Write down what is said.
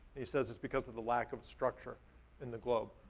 he says it's because of the lack of structure in the globe.